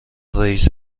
رئیس